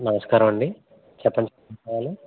నమస్కారం అండి చెప్పండి ఏమి కావాలి